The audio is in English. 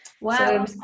Wow